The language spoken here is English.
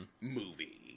movie